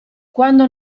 quando